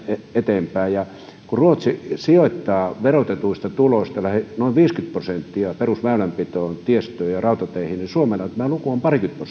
eteenpäin kun ruotsi sijoittaa verotetuista tuloista noin viisikymmentä prosenttia perusväylänpitoon tiestöön ja rautateihin niin suomella tämä luku on parikymmentä prosenttia